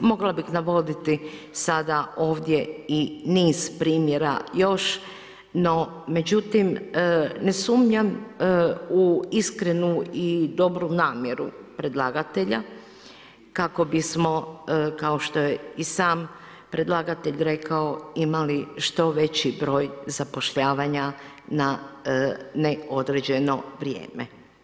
Mogla bih navoditi sada ovdje i niz primjera još, no međutim ne sumnjam u iskrenu i dobru namjeru predlagatelja, kako bismo, kao što je i sam predlagatelj rekao, imali što veći broj zapošljavanja na neodređeno vrijeme.